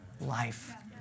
life